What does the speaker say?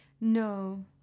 No